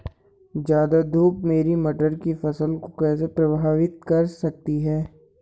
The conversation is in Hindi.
ज़्यादा धूप मेरी मटर की फसल को कैसे प्रभावित कर सकती है?